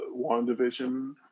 WandaVision